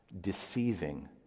Deceiving